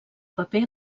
paper